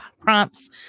Prompts